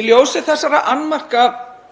Í ljósi þessara annmarka